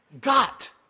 got